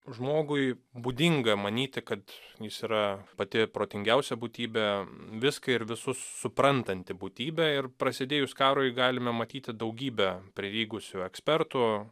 žmogui būdinga manyti kad jis yra pati protingiausia būtybė viską ir visus suprantanti būtybė ir prasidėjus karui galime matyti daugybę pridygusių ekspertų